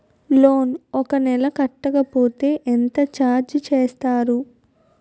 Loan ఒక నెల కట్టకపోతే ఎంత ఛార్జ్ చేస్తారు?